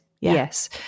Yes